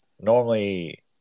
Normally